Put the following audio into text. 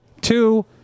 Two